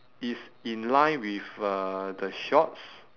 it's in line with uh the shorts